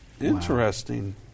Interesting